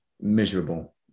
miserable